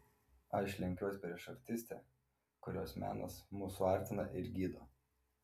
aš lenkiuos prieš artistę kurios menas mus suartina ir gydo